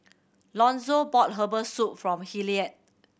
Lonzo bought herbal soup for Hilliard